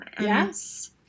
Yes